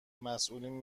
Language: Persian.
مسئولین